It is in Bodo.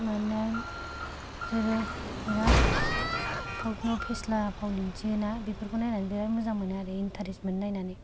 मानोना बिसोरो बिराथ फावथुनाव फेस्ला फाव दिन्थियोना बिफोरखौ नायनानै बिराथ मोजां मोनो आरो इन्टारेस्ट मोनो नायनानै